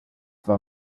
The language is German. war